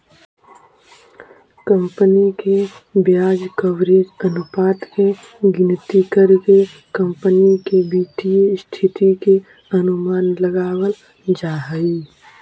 company के ब्याज coverage अनुपात के गिनती करके कंपनी के वित्तीय स्थिति के अनुमान लगावल जा हई